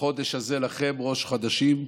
"החדש הזה לכם ראש חדשים"